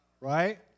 right